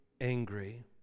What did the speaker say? angry